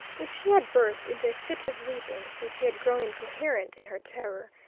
if she had burst into a fit of weeping, if she had grown incoherent in her terror,